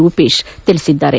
ರೂಪೇಶ್ ತಿಳಿಸಿದ್ದಾರೆ